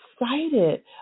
excited